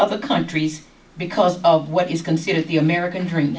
other countries because of what is considered the american